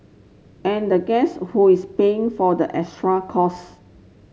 and guess who is paying for the extra costs